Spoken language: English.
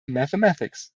mathematics